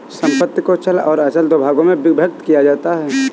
संपत्ति को चल और अचल दो भागों में विभक्त किया जाता है